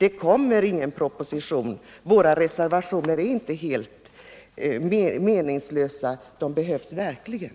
Men det kommer ingen 26 april 1978 proposition. Våra reservationer är inte meningslösa — de behövs verkligen.